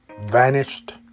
vanished